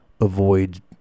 avoid